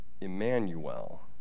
Emmanuel